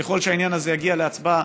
ככל שהעניין הזה יגיע להצבעה,